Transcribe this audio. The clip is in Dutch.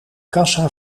kassa